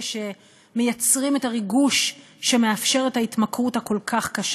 שמייצרים את הריגוש שמאפשר את ההתמכרות הכל-כך קשה.